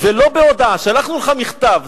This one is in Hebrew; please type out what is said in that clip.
ולא בהודעה: שלחנו לך מכתב.